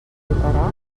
explicaràs